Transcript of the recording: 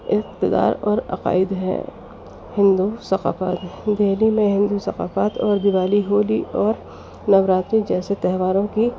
اقتدار اور عقائد ہے ہندو ثقافت دہلی میں ہندو ثقافت اور دیوالی ہولی اور نوراتری جیسے تہواروں کی